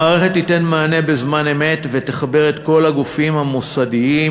המערכת תיתן מענה בזמן אמת ותחבר את כל הגופים המוסדיים,